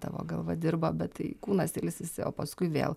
tavo galva dirba bet tai kūnas ilsisi o paskui vėl